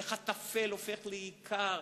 איך הטפל הופך לעיקר,